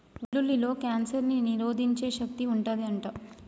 వెల్లుల్లిలో కాన్సర్ ని నిరోధించే శక్తి వుంటది అంట